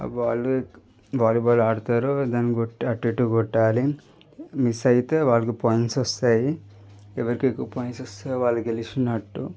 ఆ ball volleyball ఆడతారు దాన్ని కొట్టి అటు ఇటు కొట్టాలి మిస్ అయితే వాళ్ళకి పాయింట్స్ వస్తాయి ఎవరికి ఎక్కువ పాయింట్స్ వస్తాయో వాళ్ళు గెలిచినట్టు